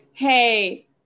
hey